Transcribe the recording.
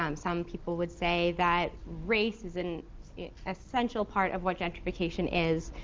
um some people would say that race is an essential part of what gentrification is,